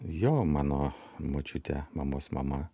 jo mano močiutė mamos mama